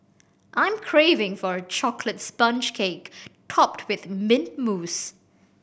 I'm craving for a chocolate sponge cake topped with mint mousse